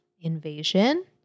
invasion